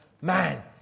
man